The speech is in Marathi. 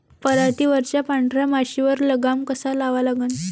पराटीवरच्या पांढऱ्या माशीवर लगाम कसा लावा लागन?